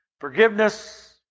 Forgiveness